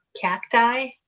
cacti